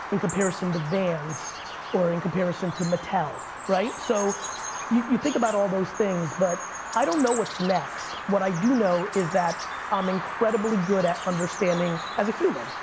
comparison to vans or in comparison to mattel, right? so you think about all those things but i don't know what's next. what i do know is that i'm incredibly good at understanding, as a human,